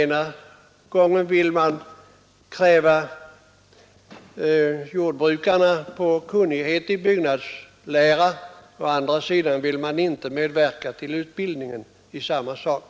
Ena gången vill man kräva jordbrukarna på kunnighet i byggnadslära. Andra gången vill man inte medverka till utbildning i samma ämne.